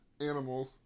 animals